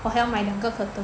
我还要买两个 curtain